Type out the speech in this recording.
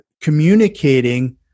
communicating